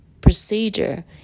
procedure